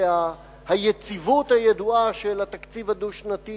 שהיציבות הידועה של התקציב הדו-שנתי